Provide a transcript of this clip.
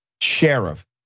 sheriff